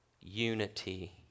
Unity